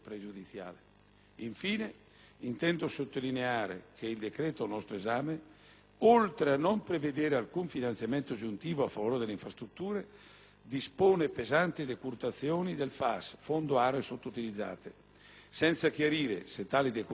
oltre a non prevedere alcun finanziamento aggiuntivo a favore delle infrastrutture, dispone pesanti decurtazioni del FAS (Fondo per le aree sottoutilizzate), senza chiarire se siano suscettibili di pregiudicare il completamento degli interventi già avviati.